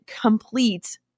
complete